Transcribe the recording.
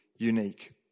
unique